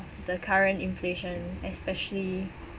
the current inflation especially